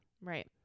Right